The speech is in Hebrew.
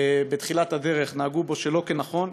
בתחילת הדרך נהגו בו לא נכון,